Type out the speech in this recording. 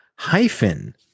Hyphen